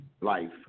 life